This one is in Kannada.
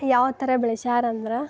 ಯಾವ ಥರ ಬೆಳ್ಸ್ಯಾರ ಅಂದ್ರೆ